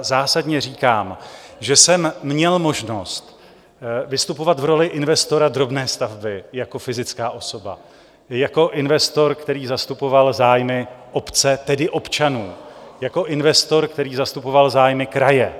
Zásadně říkám, že jsem měl možnost vystupovat v roli investora drobné stavby jako fyzická osoba i jako investor, který zastupoval zájmy obce, tedy občanů i jako investor, který zastupoval zájmy kraje.